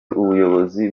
ubuyobozi